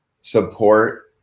support